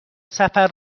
سفر